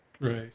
Right